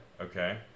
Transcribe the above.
Okay